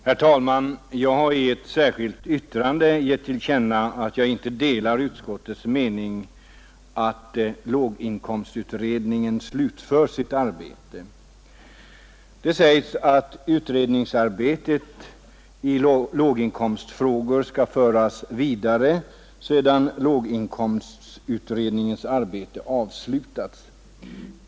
Herr talman! Jag har i ett särskilt yttrande gett till känna att jag inte delar utskottets mening att låginkomstutredningen slutfört sitt arbete. Det sägs att utredningsarbetet i låginkomstfrågor skall föras vidare sedan låginkomstutredningens arbete avslutats.